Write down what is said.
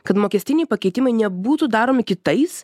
kad mokestiniai pakeitimai nebūtų daromi kitais